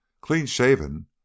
clean-shaven